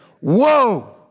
whoa